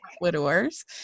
widowers